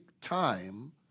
time